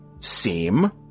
seem